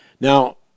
Now